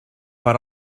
per